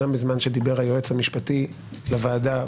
גם בזמן שדיבר היועץ המשפטי לוועדה,